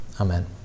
Amen